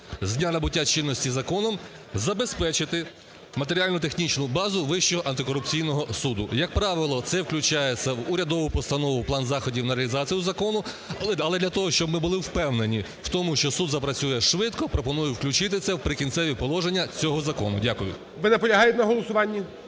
з дня набуття чинності законом забезпечити матеріально-технічну базу Вищого антикорупційного суду. Як правило, це включається в урядову постанову, в план заходів на реалізацію закону. Але для того, щоб ми були впевнені в тому, що суд запрацює швидко, пропонує включити це в "Прикінцеві положення" цього закону. Дякую. ГОЛОВУЮЧИЙ. Ви наполягаєте на голосуванні.